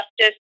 Justice